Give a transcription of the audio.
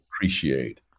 appreciate